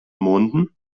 monden